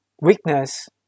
Weakness